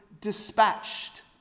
dispatched